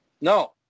No